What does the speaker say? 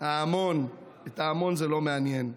את ההמון זה לא מעניין.